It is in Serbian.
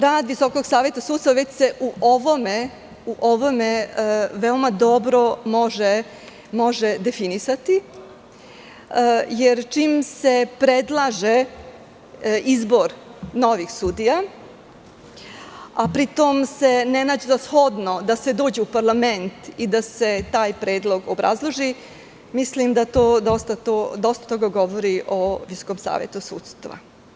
Rad Visokog saveta sudstva se u ovome veoma dobro može definisati, jer čim se predlaže izbor novih sudija, a pri tom se ne nađe za shodno da se dođe u Parlament i da se taj predlog obrazloži, mislim da to dosta toga govori o Visokom savetu sudstva.